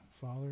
Father